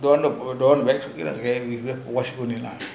wrong wrong wax we go wash